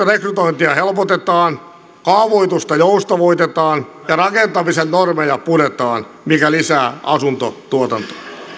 rekrytointia helpotetaan kaavoitusta joustavoitetaan ja rakentamisen normeja puretaan mikä lisää asuntotuotantoa